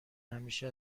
همیشه